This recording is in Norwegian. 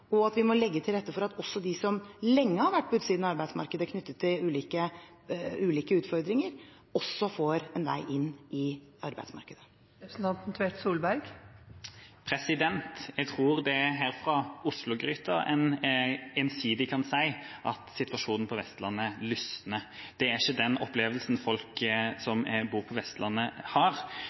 og at vi må legge til rette for at også de som lenge har vært på utsiden av arbeidsmarkedet, på grunn av ulike utfordringer, får en vei inn i arbeidsmarkedet. Jeg tror det er her fra Oslo-gryta man ensidig kan si at situasjonen på Vestlandet lysner. Det er ikke den opplevelsen folk som bor på Vestlandet, har.